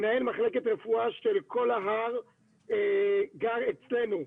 מנהל מחלקת רפואה של כל ההר גר אצלנו,